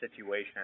situation